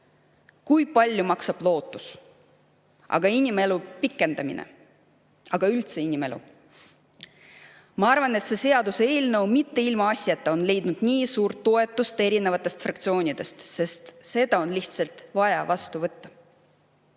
Kui palju maksab lootus? Aga inimelu pikendamine? Aga üldse inimelu? Ma arvan, et see seaduseelnõu ei ole mitte ilmaasjata leidnud nii suurt toetust erinevatest fraktsioonidest. See lihtsalt on vaja vastu võtta.